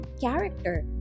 character